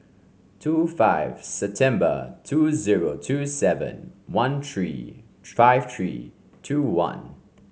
two five September two zero two seven one three five three two one